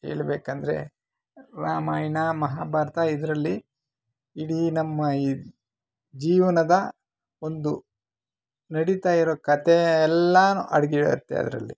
ಹೇಳ್ಬೇಕಂದ್ರೆ ರಾಮಾಯಣ ಮಹಾಭಾರತ ಇದರಲ್ಲಿ ಇಡೀ ನಮ್ಮ ಈ ಜೀವನದ ಒಂದು ನಡೀತಾ ಇರೋ ಕಥೆ ಎಲ್ಲಾ ಅಡಗಿರತ್ತೆ ಅದರಲ್ಲಿ